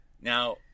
Now